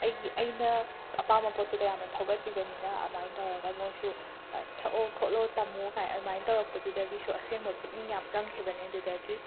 ꯑꯩꯒꯤ ꯑꯩꯅ ꯑꯄꯥꯝꯕ ꯄꯣꯠꯇꯨꯗ ꯌꯥꯝꯅ ꯊꯧꯒꯠꯄꯤꯕꯅꯤꯅ ꯑꯗꯨꯃꯥꯏꯅ ꯇꯧꯔꯒ ꯃꯣꯏꯁꯨ ꯑꯁ ꯁꯛꯑꯣ ꯈꯣꯠꯂꯣ ꯇꯝꯃꯣ ꯀꯥꯏꯅ ꯑꯗꯨꯃꯥꯏꯅ ꯇꯧꯔꯛꯄꯗꯨꯗꯒꯤꯁꯨ ꯑꯁꯦꯡꯕ ꯄꯨꯛꯅꯤꯡ ꯌꯥꯝꯅ ꯆꯪꯈꯤꯕꯅꯦ ꯑꯗꯨꯗꯒꯤ